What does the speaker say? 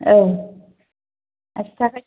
औ आसिथाखा